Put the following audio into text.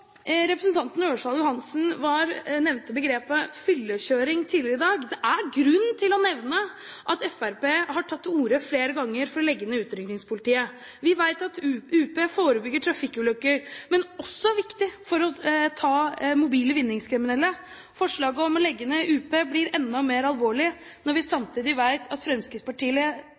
Representanten Ørsal Johansen snakket om fyllekjøring tidligere i dag. Det er grunn til å nevne at Fremskrittspartiet flere ganger har tatt til orde for å legge ned Utrykningspolitiet. Vi vet at UP forebygger trafikkulykker, men er også viktig for å ta mobile vinningskriminelle. Forslaget om å legge ned UP blir enda mer alvorlig når vi samtidig vet at Fremskrittspartiet